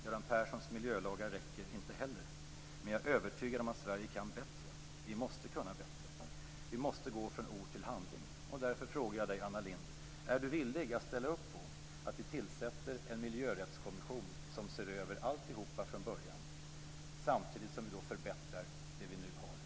Göran Perssons miljölagar räcker inte heller. Men jag är övertygad om att Sverige kan bättre. Vi måste kunna bättre. Vi måste gå från ord till handling. Därför frågar jag: Är Anna Lindh villig att ställa upp på att vi tillsätter en miljörättskommission som ser över alltihop från början, samtidigt som vi förbättrar det vi nu har?